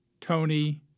Tony